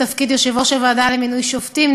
תפקיד יושבת-ראש הוועדה לבחירת שופטים,